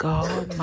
God